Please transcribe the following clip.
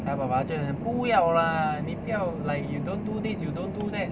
爸爸就会不要啦你不要 like you don't do this you don't do that